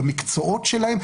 במקצועות שלהם,